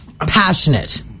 Passionate